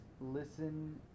listen